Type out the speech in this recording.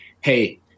hey